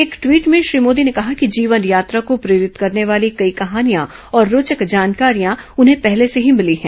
एक टवीट में श्री मोदी ने कहा कि जीवन यात्रा को प्रेरित करने वाली कई कहानियां और रोचक जानकारियां उन्हें पहले से ही भिली हैं